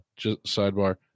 Sidebar